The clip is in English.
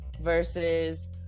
versus